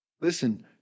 Listen